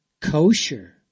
kosher